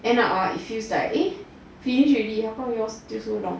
end up ah it feels like eh finish already how come yours till so long